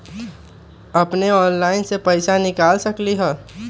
अपने ऑनलाइन से पईसा निकाल सकलहु ह?